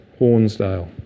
Hornsdale